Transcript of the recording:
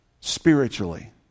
spiritually